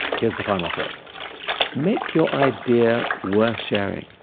here's the final tip make your idea worth sharing.